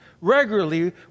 regularly